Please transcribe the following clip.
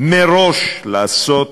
מראש לעשות,